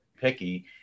picky